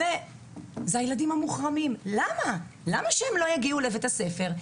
אבל למה שהם לא יגיעו לבית הספר?